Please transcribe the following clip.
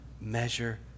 measure